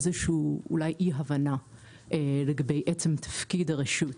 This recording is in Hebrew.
איזושהי אולי אי-הבנה לגבי עצם תפקיד הרשות.